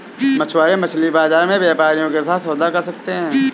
मछुआरे मछली बाजार में व्यापारियों के साथ सौदा कर सकते हैं